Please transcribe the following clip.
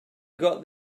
got